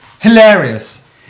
Hilarious